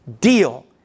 deal